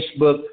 Facebook